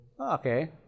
Okay